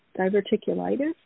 diverticulitis